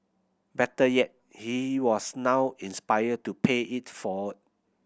better yet he was now inspired to pay it forward